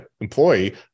employee